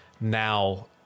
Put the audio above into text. Now